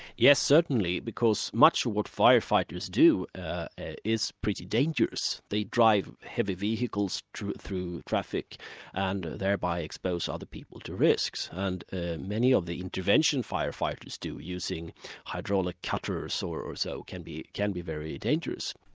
yes, certainly, because much of what firefighters do ah is pretty dangerous. they drive heavy vehicles through traffic and thereby expose other people to risks, and many of the intervention firefighters do, using hydraulic cutters or or so, can be can be very dangerous.